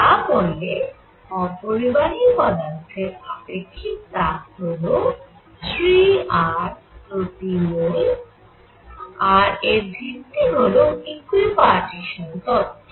যা বলে অপরিবাহী পদার্থের আপেক্ষিক তাপ হল 3 R প্রতি মোল আর এর ভিত্তি হল ইকুইপার্টিশান তত্ত্ব